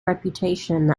reputation